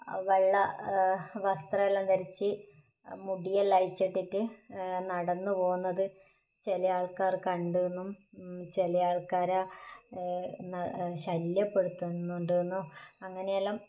വെള്ള വസ്ത്രമെല്ലാം ധരിച്ച് മുടിയെല്ലാം അഴിച്ചിട്ടിട്ട് നടന്നു പോകുന്നത് ചില ആൾക്കാർ കണ്ടെന്നും ചില ആൾക്കാറെ ശല്യപ്പെടുത്തുന്നുണ്ടെന്നും അങ്ങനെ എല്ലം